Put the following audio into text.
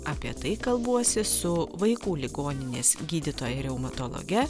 apie tai kalbuosi su vaikų ligoninės gydytoja reumatologe